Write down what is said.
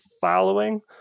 following